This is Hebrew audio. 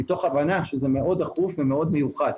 מתוך הבנה שזה מאוד דחוף ומאוד מיוחד.